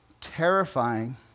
terrifying